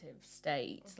state